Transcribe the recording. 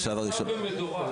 זה נעשה במדורג.